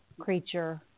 creature